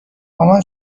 مامان